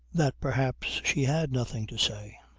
that perhaps she had nothing to say.